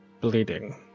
bleeding